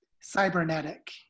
cybernetic